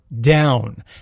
down